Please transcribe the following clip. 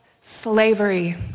slavery